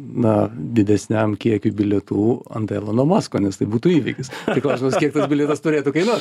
na didesniam kiekiui bilietų ant elano masko nes tai būtų įvykis tik klausimas kiek tas bilietas turėtų kainuot